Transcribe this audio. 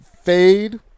fade